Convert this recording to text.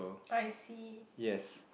I see